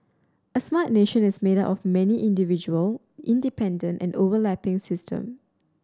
a smart nation is made up of many individual independent and overlapping system